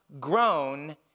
grown